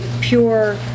pure